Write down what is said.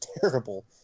terrible